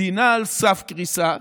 מדינה על סף קריסה.